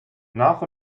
nach